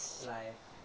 life